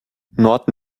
nord